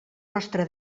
nostre